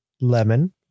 lemon